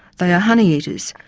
they are honeyeaters,